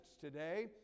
today